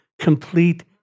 Complete